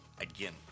again